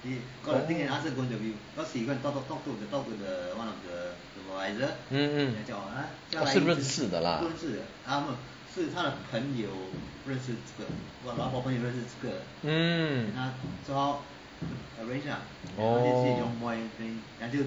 orh mm mm oh 时认识的 lah mm orh